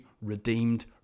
redeemed